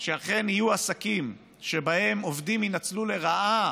שאכן יהיו עסקים שבהם עובדים ינצלו לרעה